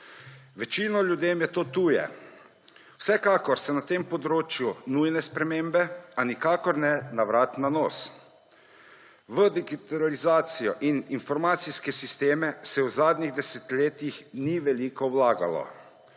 Večino ljudem je to tuje. Vsekakor so na tem področju nujne spremembe, a nikakor ne na vrat na nos. V digitalizacijo in informacijske sisteme, se v zadnjih desetletjih ni veliko vlagalo.